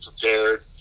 prepared